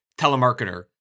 telemarketer